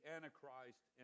Antichrist